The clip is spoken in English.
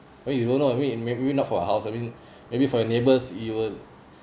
why you don't know I mean maybe not for a house I mean maybe for your neighbours you will